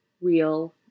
Real